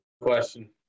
question